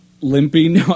limping